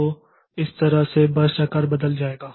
तो इस तरह यह बर्स्ट आकार बदल जाएगा